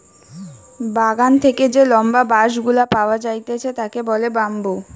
বাগান থেকে যে লম্বা বাঁশ গুলা পাওয়া যাইতেছে তাকে বলে বাম্বু